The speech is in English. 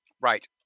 Right